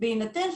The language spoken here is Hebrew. בהינתן,